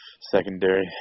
Secondary